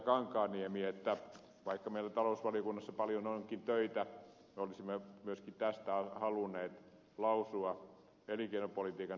kankaanniemi totesi että vaikka meillä talousvaliokunnassa paljon töitä onkin me olisimme myöskin tästä halunneet lausua elinkeinopolitiikan näkökulmasta